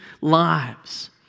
lives